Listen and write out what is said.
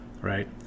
right